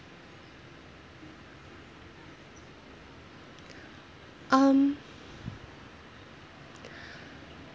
um